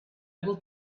will